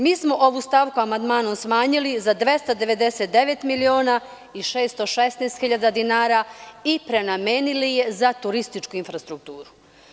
Mi smo ovu stavku amandmanom smanjili za 299.616.000 dinara i prenamenili je za turističku infrastrukturu.